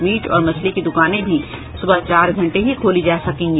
meet और मछली की दुकानें भी सुबह चार घंटें ही खोली जा सकेंगी